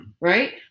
right